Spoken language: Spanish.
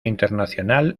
internacional